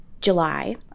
July